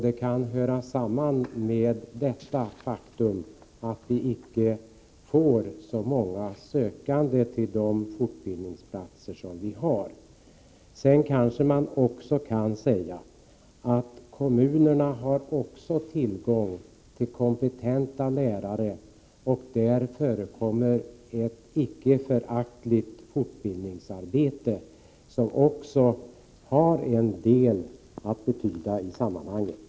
Det kan vara därför som vi inte får så många sökande till de fortbildningsplatser som vi har. Kommunerna har tillgång till kompetenta lärare, och i kommunerna förekommer ett icke föraktligt fortbildningsarbete, som också betyder en del i sammanhanget.